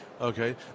okay